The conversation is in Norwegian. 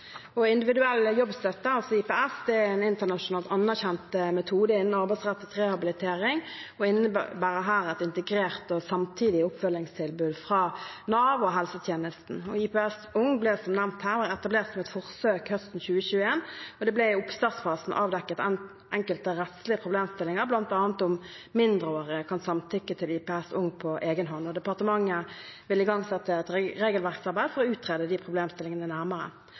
Individuell jobbstøtte, IPS, er en internasjonalt anerkjent metode innen arbeidsrettet rehabilitering og innebærer her et integrert og samtidig oppfølgingstilbud fra Nav og helsetjenesten. IPS Ung ble, som nevnt her, etablert som et forsøk høsten 2021, og det ble i oppstartfasen avdekket enkelte rettslige problemstillinger, bl.a. om mindreårige kan samtykke til IPS Ung på egenhånd. Departementet vil igangsette et regelverksarbeid for å utrede de problemstillingene nærmere.